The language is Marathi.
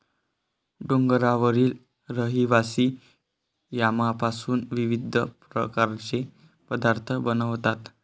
डोंगरावरील रहिवासी यामपासून विविध प्रकारचे पदार्थ बनवतात